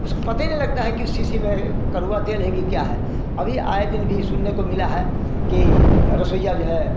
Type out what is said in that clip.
उसको पते नहीं लगता है कि उ शीशी में कड़वा तेल है कि क्या है अभी आये दिन भी सुनने को मिला है कि रसोइया जो है